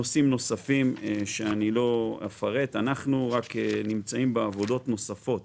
אנחנו נמצאים בעבודות נוספות